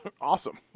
awesome